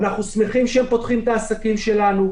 אנחנו שמחים שהם פותחים את העסקים שלנו.